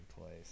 place